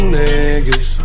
niggas